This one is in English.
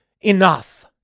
enough